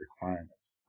requirements